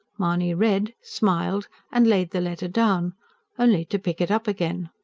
mahony read, smiled and laid the letter down only to pick it up again.